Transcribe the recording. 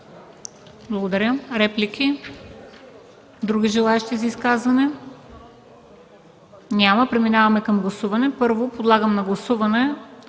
Благодаря. Реплики? Други желаещи за изказвания? Няма. Преминаваме към гласуване. Първо, подлагам на гласуване